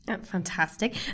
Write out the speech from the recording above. Fantastic